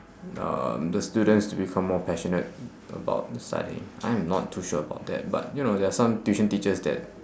um the students to become more passionate about studying I am not too sure about that but you know there are some tuition teachers that